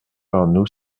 arnoux